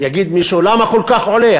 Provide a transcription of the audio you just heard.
יגיד מישהו: למה כל כך עולה?